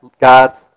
God's